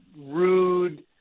rude